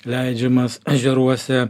leidžiamas ežeruose